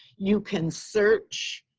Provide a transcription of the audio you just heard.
you can search